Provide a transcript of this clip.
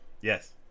Yes